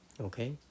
Okay